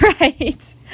right